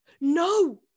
no